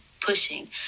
pushing